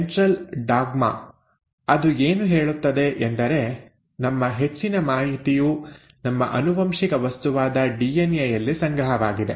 central dogma ಅದು ಏನು ಹೇಳುತ್ತದೆ ಎಂದರೆ ನಮ್ಮ ಹೆಚ್ಚಿನ ಮಾಹಿತಿಯು ನಮ್ಮ ಆನುವಂಶಿಕ ವಸ್ತುವಾದ ಡಿಎನ್ಎ ಯಲ್ಲಿ ಸಂಗ್ರಹವಾಗಿದೆ